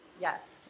Yes